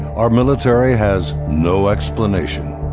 our military has no explanation.